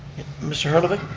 mr. herlovich,